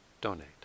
donate